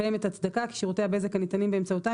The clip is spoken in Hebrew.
קיימת הצדקה כי שירותי הבזק הניתנים באמצעותם